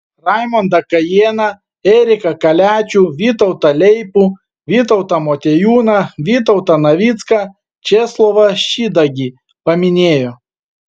raimondą kajėną eriką kaliačių vytautą leipų vytautą motiejūną vytautą navicką česlovą šidagį paminėjo